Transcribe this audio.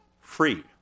free